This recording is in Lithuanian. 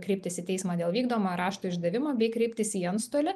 kreiptis į teismą dėl vykdomojo rašto išdavimo bei kreiptis į antstolį